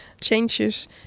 changes